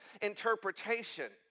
interpretation